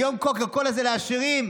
היום קוקה קולה זה לעשירים.